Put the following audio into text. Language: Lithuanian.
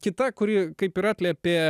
kita kuri kaip ir atliepė